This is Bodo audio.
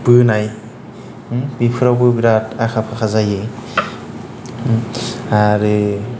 बोनाय बेफोरावबो बिराद आखा फाखा जायो आरो